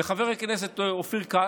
חבר הכנסת אופיר כץ,